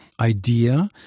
idea